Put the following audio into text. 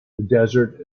desert